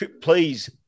Please